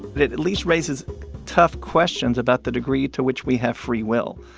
but it at least raises tough questions about the degree to which we have free will.